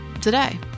today